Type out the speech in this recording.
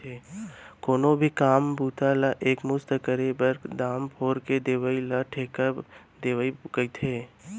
कोनो भी काम बूता ला एक मुस्त करे बर, दाम फोर के देवइ ल ठेका देवई कथें